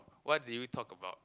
what did you talk about